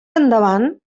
endavant